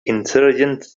insurgents